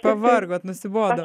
pavargot nusibodo